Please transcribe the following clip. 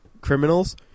criminals